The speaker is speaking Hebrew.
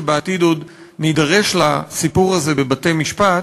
שבעתיד עוד נידרש לסיפור הזה בבתי-משפט.